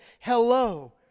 hello